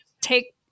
take